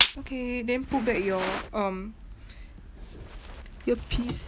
okay then put back your um earpiece